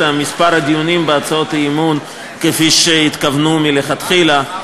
מספר הדיונים בהצעות האי-אמון כפי שהתכוונו מלכתחילה,